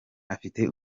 afite